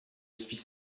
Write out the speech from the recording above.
suis